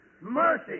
mercy